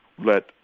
let